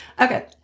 Okay